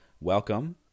welcome